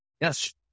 Yes